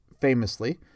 famously